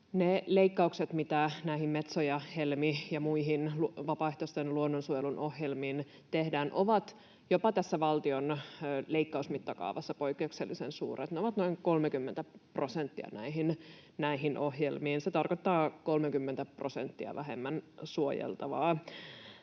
leikkaukset, mitä näihin Metso-, Helmi- ja muihin vapaaehtoisen luonnonsuojelun ohjelmiin tehdään, ovat jopa tässä valtion leikkausmittakaavassa poikkeuksellisen suuret. Ne ovat noin 30 prosenttia näihin ohjelmiin, ja se tarkoittaa 30:tä prosenttia vähemmän suojeltavaa.